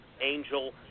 Angel